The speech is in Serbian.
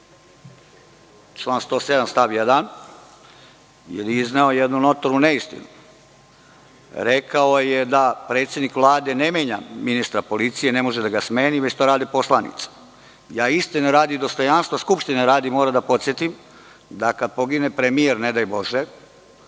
član 107. stav 1. jer je izneo jednu notornu neistinu. Rekao je da predsednik Vlade ne menja ministra policije, ne može da ga smeni, već to rade poslanici. Istine radi i dostojanstva Skupštine radi, moram da podsetim da, kada pogine premijer, ne daj Bože,